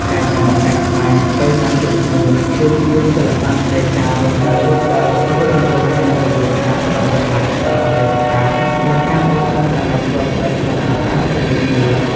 ការញ៉ាំបង្អែមខ្មែរពេលណាត់ជួបគ្នា គឺជាសិល្បៈនៃការរស់នៅដែលរួមបញ្ចូលគ្នារវាងការផ្តល់តម្លៃដល់អតីតកាល និងការសាងអនាគតដ៏ស្រស់ត្រកាលជាមួយគ្នា។